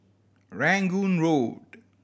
Rangoon Road